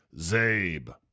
Zabe